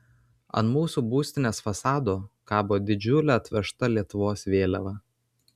ant mūsų būstinės fasado kabo didžiulė atvežta lietuvos vėliava